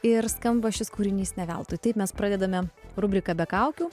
ir skamba šis kūrinys ne veltui taip mes pradedame rubriką be kaukių